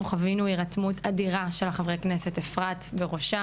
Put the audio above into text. חווינו הירתמות אדירה של חברי הכנסת ואפרת בראשם.